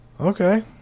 Okay